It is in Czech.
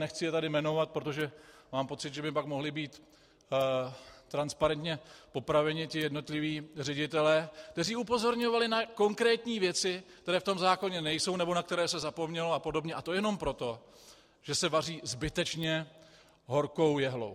Nechci je tady jmenovat, protože mám pocit, že by pak mohli být transparentně popraveni ti jednotliví ředitelé, kteří upozorňovali na konkrétní věci, které v tom zákoně nejsou nebo na které se zapomnělo a podobně, a to jenom proto, že se vaří zbytečně horkou jehlou.